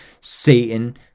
Satan